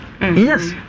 Yes